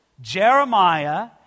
Jeremiah